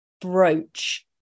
brooch